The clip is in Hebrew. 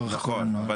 נכון.